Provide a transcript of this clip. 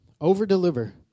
Over-deliver